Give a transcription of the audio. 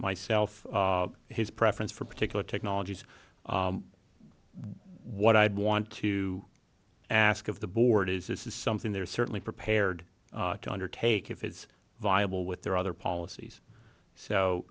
myself his preference for particular technology is what i'd want to ask of the board is this is something they're certainly prepared to undertake if it's viable with their other policies so